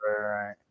right